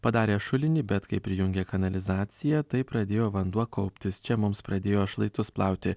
padarė šulinį bet kai prijungė kanalizaciją tai pradėjo vanduo kauptis čia mums pradėjo šlaitus plauti